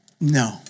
no